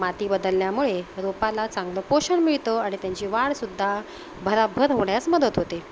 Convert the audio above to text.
माती बदलल्यामुळे रोपाला चांगलं पोषण मिळतं आणि त्यांची वाढसुद्धा भराभर होण्यास मदत होते